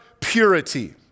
purity